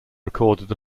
recorded